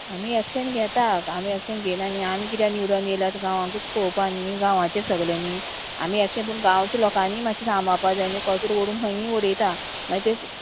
आमी एक्शन घेता आमी एक्शन घेयना न्ही आमी किद्या निवडोन येयल्यात गांवांकूच पोवपा न्ही गांवांचे सगळें न्ही आमी एक्शन पूण गांवच्या लोकांनी मात्शें सांबाळपा जाय न्ही कसो व्हरून खंयीय उडयता मागीर तें